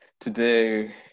today